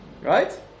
right